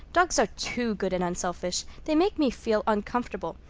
dogs are too good and unselfish. they make me feel uncomfortable.